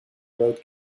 wrote